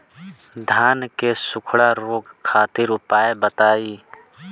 धान के सुखड़ा रोग खातिर उपाय बताई?